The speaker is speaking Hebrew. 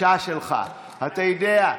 אני רק אסביר לאדוני, אתה יודע,